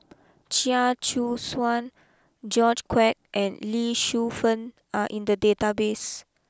Chia Choo Suan George Quek and Lee Shu Fen are in the database